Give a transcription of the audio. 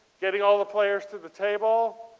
getting all of the players to the table.